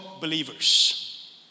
believers